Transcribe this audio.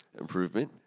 improvement